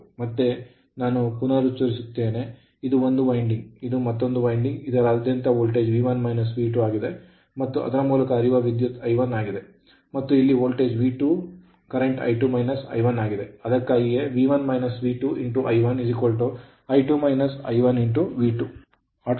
ಮತ್ತೆ ನಾನು ಪುನರುಚ್ಚರಿಸುತ್ತೇನೆ ಇದು ಒಂದು winding ಇದು ಮತ್ತೊಂದು winding ಇದರಾದ್ಯಂತ ವೋಲ್ಟೇಜ್ V1 V2 ಆಗಿದೆ ಮತ್ತು ಅದರ ಮೂಲಕ ವಿದ್ಯುತ್ I1 ಆಗಿದೆ ಮತ್ತು ಇಲ್ಲಿ ವೋಲ್ಟೇಜ್ V2 ಕರೆಂಟ್ I2 I1ಆಗಿದೆ